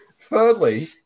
Thirdly